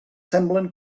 semblen